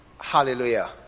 Hallelujah